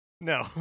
No